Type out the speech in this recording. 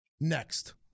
next